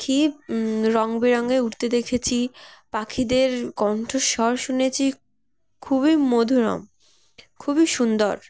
পাখি রঙ বেরঙে উঠতে দেখেছি পাখিদের কণ্ঠস্বর শুনেছি খুবই মধুরম খুবই সুন্দর